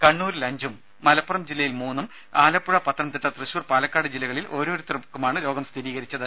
കണ്ണൂരിൽ അഞ്ചും മലപ്പുറം ജില്ലയിൽ മൂന്നും ആലപ്പുഴ പത്തനംതിട്ട തൃശൂർ പാലക്കാട് ജില്ലകളിൽ ഓരോരുത്തർക്കുമാണ് രോഗം സ്ഥിരീകരിച്ചത്